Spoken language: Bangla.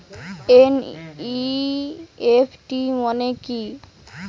এন.ই.এফ.টি মনে কি?